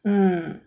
mm